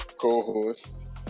co-host